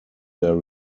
their